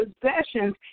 possessions